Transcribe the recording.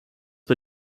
bei